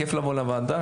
כיף לבוא לוועדה.